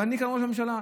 ואני כאן ראש הממשלה.